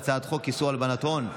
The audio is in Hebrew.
אני קובע שהצעת חוק הרשויות המקומיות (מימון בחירות)